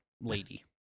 Lady